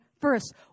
first